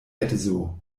edzo